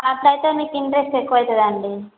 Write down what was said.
అలా అయితే మీకు ఇంట్రెస్ట్ ఎక్కువవుతుందండి